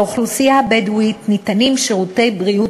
לאוכלוסייה הבדואית ניתנים שירותי בריאות